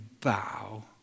bow